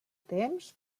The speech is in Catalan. temps